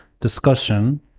discussion